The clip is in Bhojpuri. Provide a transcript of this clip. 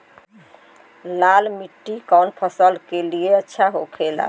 लाल मिट्टी कौन फसल के लिए अच्छा होखे ला?